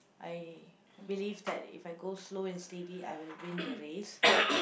I believe that if I go slow and steady I will win the race